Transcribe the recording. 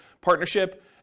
partnership